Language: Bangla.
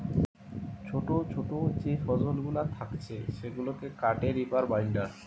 ছোটো ছোটো যে ফসলগুলা থাকছে সেগুলাকে কাটে রিপার বাইন্ডার